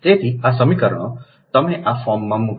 તેથી આ સમીકરણો તમે આ ફોર્મમાં મૂકો